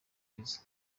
viza